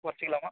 குறச்சிக்கிலாமா